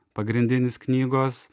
pagrindinis knygos